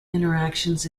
interactions